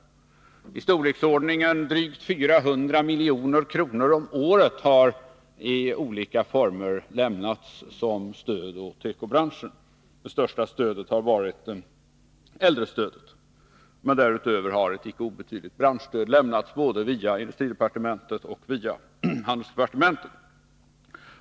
Stöd i storleksordningen drygt 400 miljoner om året har i olika former lämnats till tekobranschen. Det största stödet har varit äldrestödet, men därutöver har ett icke obetydligt branschstöd lämnats både via industridepartementet och via handelsdepartementet.